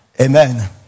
amen